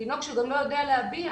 תינוק שגם לא יודע להביע.